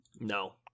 No